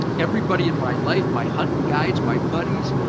everybody in my life, my hunting guides, my buddies,